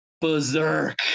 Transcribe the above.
berserk